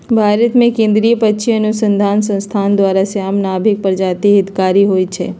भारतमें केंद्रीय पक्षी अनुसंसधान संस्थान द्वारा, श्याम, नर्भिक प्रजाति हितकारी होइ छइ